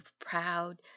proud